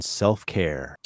self-care